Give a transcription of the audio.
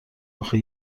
آخه